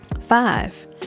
Five